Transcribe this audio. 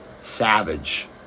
savage